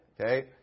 Okay